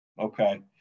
okay